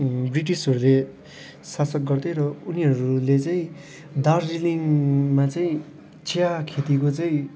ब्रिटिसहरूले शासक गर्थे र उनीहरूले चाहिँ दार्जिलिङमा चाहिँ चिया खेतीको चाहिँ